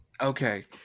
Okay